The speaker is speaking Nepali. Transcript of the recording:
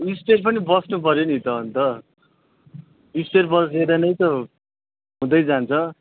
स्पेयर पनि बस्नु पर्यो नि त अन्त स्पेयर बसेर नै त हुँदै जान्छ